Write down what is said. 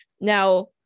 now